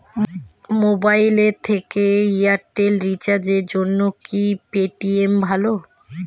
Mobile থেকে Airtel এ রিচার্জের জন্য কি পেটিএম ভালো?